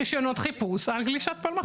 אפשר רישיונות חיפוש על גלישת פלמחים.